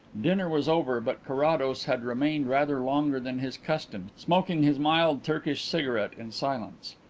dinner was over but carrados had remained rather longer than his custom, smoking his mild turkish cigarette in silence.